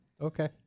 Okay